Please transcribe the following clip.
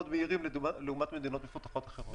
מהירים לעומת מדינות מפותחות אחרות.